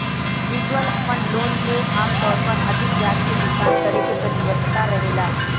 mutual fund loan में आमतौर पर अधिक ब्याज के भुगतान करे के प्रतिबद्धता रहेला